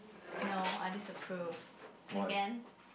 no I disapprove second